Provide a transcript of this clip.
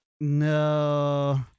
no